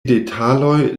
detaloj